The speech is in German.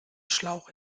schlauch